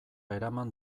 eraman